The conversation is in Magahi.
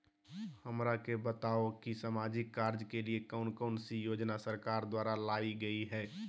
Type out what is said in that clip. हमरा के बताओ कि सामाजिक कार्य के लिए कौन कौन सी योजना सरकार द्वारा लाई गई है?